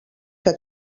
que